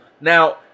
Now